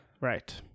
Right